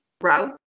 route